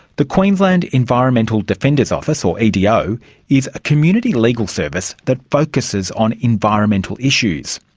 the queensland environmental defenders office, or edo, is a community legal service that focuses on environmental issues.